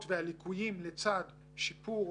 הבאתי נתון מספרי,